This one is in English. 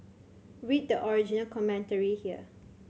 read the original commentary here